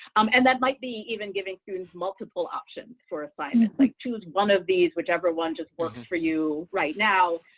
um and that might be even giving through these multiple options for assignments, like choose one of these, whichever one just works for you right now.